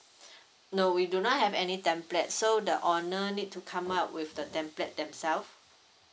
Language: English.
no we do not have any template so the owner need to come up with the template themselves